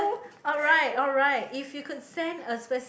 oh alright alright if you could send a speci~